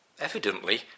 Evidently